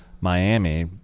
Miami